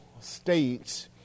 states